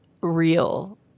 real